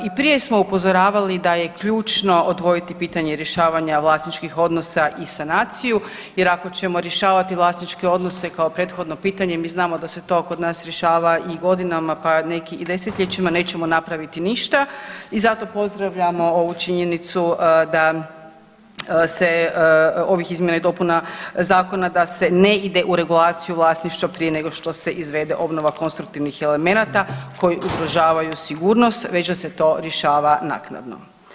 I prije smo upozoravali da je ključno odvojiti pitanje rješavanja vlasničkih odnosa i sanaciju jer ako ćemo rješavati vlasničke odnose kao prethodno pitanje, mi znamo da se to kod nas rješava i godinama, pa neki i 10-ljećima, nećemo napraviti ništa i zato pozdravljamo ovu činjenicu da se ovih izmjena i dopuna zakona da se ne ide u regulaciju vlasništva prije nego što se izvede obnova konstruktivnih elemenata koji ugrožavaju sigurnost već da se to rješava naknadno.